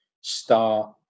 start